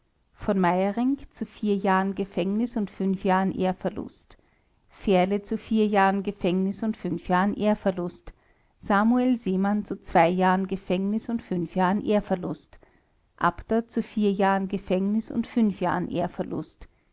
v meyerinck zu vier jahren gefängnis und jahren ehrverlust fährle zu vier jahren gefängnis und fünf jahren ehrverlust samuel seemann zu zwei jahren gefängnis und fünf jahren ehrverlust abter zu vier jahren gefängnis und fünf jahren ehrverlust